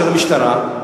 של המשטרה,